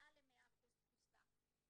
מעל ל-100% תפוסה.